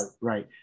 right